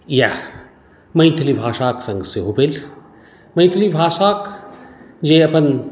इएह मैथिली भाषाक सङ्ग सेहो भेल मैथिली भाषाक जे अपन